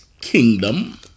kingdom